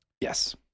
Yes